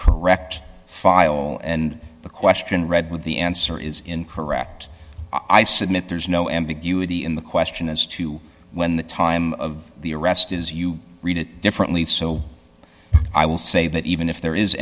correct file and the question read with the answer is incorrect i submit there's no ambiguity in the question as to when the time of the arrest is you read it differently so i will say that even if there is